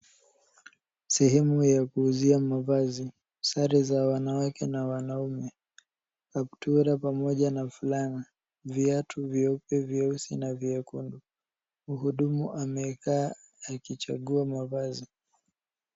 Sehemu ya kuuzia mavazi sare za wanawake na wanaume kaptura pamoja na fulana .Viatu vyeupe, vieusi na vyekundu. Mhudumu amekaa akichagua mavazi.